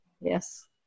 Yes